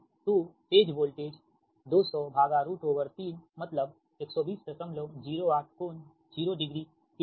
तोफेज voltage 2003 मतलब 12008 कोण 0 degree KV